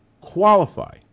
qualify